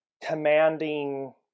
commanding